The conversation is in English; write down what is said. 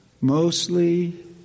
mostly